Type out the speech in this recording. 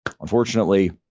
unfortunately